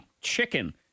chicken